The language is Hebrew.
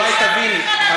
אולי תביני.